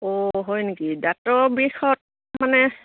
অঁ হয় নেকি দাঁতৰ বিষত মানে